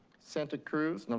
santa cruz,